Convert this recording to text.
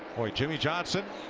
boy, jimmie johnson.